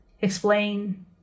explain